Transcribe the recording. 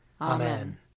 Amen